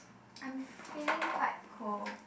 I'm feeling quite cold